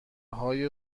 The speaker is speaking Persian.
های